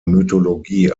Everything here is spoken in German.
mythologie